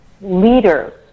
leaders